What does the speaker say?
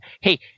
Hey